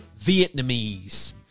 Vietnamese